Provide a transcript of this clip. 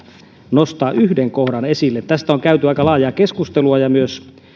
nostaa yhden kohdan esille tästä on käyty aika laajaa keskustelua ja myös